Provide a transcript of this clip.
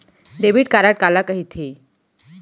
Debit card काला कहिथे?